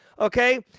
okay